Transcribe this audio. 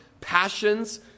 passions